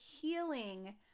healing